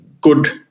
good